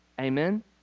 Amen